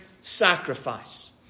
sacrifice